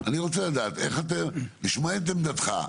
אני רוצה לדעת, לשמוע את עמדתך.